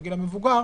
בגיל המבוגר,